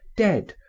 dead,